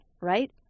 right